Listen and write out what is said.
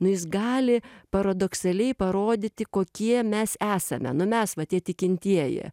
nu jis gali paradoksaliai parodyti kokie mes esame nu mes va tie tikintieji